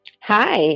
Hi